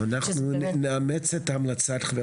שזה באמת --- אנחנו נאמץ את המלצת חבר